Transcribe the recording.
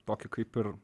tokį kaip ir